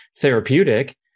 therapeutic